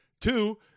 Two